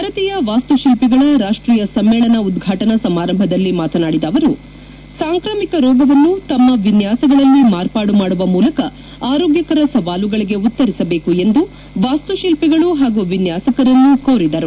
ಭಾರತೀಯ ವಾಸ್ತು ಶಿಲ್ಪಿಗಳ ರಾಷ್ಷೀಯ ಸಮ್ಮೇಳನ ಉದ್ಘಾಟನಾ ಸಮಾರಂಭದಲ್ಲಿ ಮಾತನಾಡಿದ ಅವರು ಸಾಂಕ್ರಾಮಿಕ ರೋಗವನ್ನು ತಮ್ಮ ವಿನ್ಯಾಸಗಳಲ್ಲಿ ಮಾರ್ಪಾಡು ಮಾಡುವ ಮೂಲಕ ಆರೋಗ್ಯಕರ ಸವಾಲುಗಳಿಗೆ ಉತ್ತರಿಸಬೇಕು ಎಂದು ವಾಸ್ತುಶಿಲ್ಪಿಗಳು ಮತ್ತು ವಿನ್ಯಾಸಕಾರರನ್ನು ಕೋರಿದರು